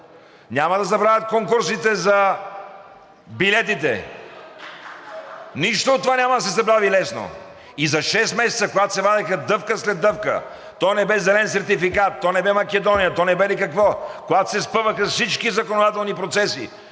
(Ръкопляскания от „БСП за България“.) Нищо от това няма да се забрави лесно! И за шест месеца, когато се вадеха дъвка след дъвка – то не бе зелен сертификат, то не бе Македония, то не бе ли какво, когато се спъваха всички законодателни процеси,